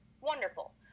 wonderful